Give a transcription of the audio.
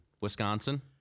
Wisconsin